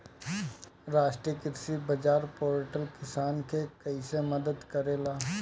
राष्ट्रीय कृषि बाजार पोर्टल किसान के कइसे मदद करेला?